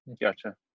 Gotcha